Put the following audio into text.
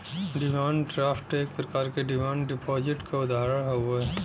demand draft एक प्रकार क डिमांड डिपाजिट क उदाहरण हउवे